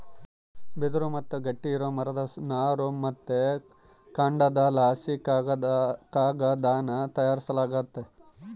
ಬಿದಿರು ಮತ್ತೆ ಗಟ್ಟಿ ಇರೋ ಮರದ ನಾರು ಮತ್ತೆ ಕಾಂಡದಲಾಸಿ ಕಾಗದಾನ ತಯಾರಿಸಲಾಗ್ತತೆ